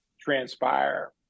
transpire